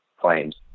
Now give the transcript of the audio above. claims